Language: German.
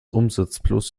umsatzplus